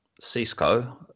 cisco